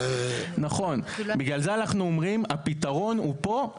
נכון, בגלל זה אנחנו אומרים שפתרון הוא פה.